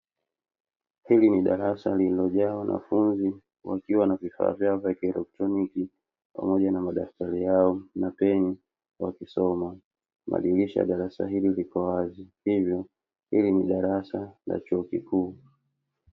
Hili ni darasa lililojaa wanafunzi, wakiwa na vifaa vyao vya kieletroniki, pamoja na madaftari yao, na peni wakisoma, madirisha ya darasa hili yako wazi, hivyo hili ni darasa la chuo kikuu.